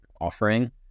offering